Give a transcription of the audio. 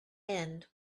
end